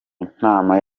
inama